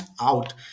out